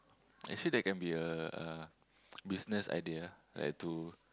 actually that can be a uh business idea like to